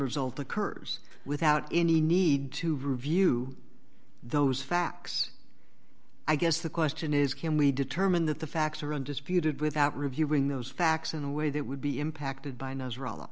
result occurs without any need to review those facts i guess the question is can we determine that the facts are undisputed without reviewing those facts in a way that would be impacted by